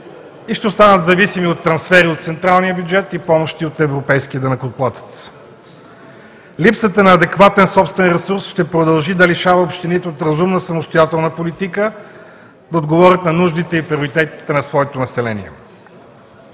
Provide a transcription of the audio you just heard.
и ще останат зависими от трансфери от централния бюджет и помощи от европейския данъкоплатец. Липсата на адекватен собствен ресурс ще продължи да лишава общините от разумна самостоятелна политика да отговорят на нуждите и приоритетите на своето население.